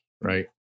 right